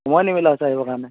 সময়ে নিমিলা হৈছে আহিব কাৰণে